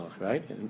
right